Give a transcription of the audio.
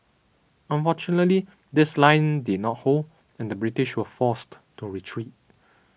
unfortunately this line did not hold and the British were forced to retreat